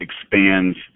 expands